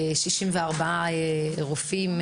64 רופאים,